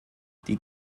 die